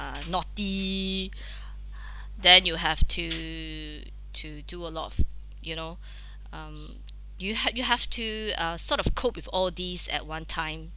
uh naughty then you have to to do a lot of you know um you have you have to uh sort of cope with all these at one time